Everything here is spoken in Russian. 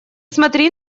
смотри